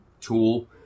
tool